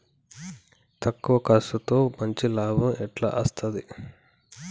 తక్కువ కర్సుతో మంచి లాభం ఎట్ల అస్తది?